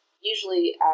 usually